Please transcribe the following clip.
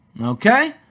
Okay